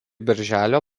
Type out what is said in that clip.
birželio